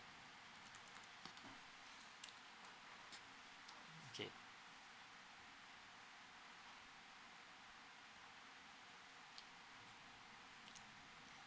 okay